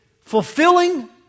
fulfilling